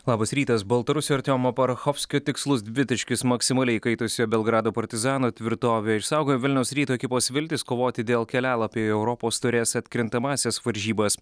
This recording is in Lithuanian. labas rytas baltarusio artiomo parachovskio tikslus dvitaškis maksimaliai įkaitusio belgrado partizano tvirtovė išsaugojo vilniaus ryto ekipos viltis kovoti dėl kelialapio į europos taurės atkrintamąsias varžybas